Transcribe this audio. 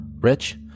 Rich